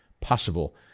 possible